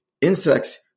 Insects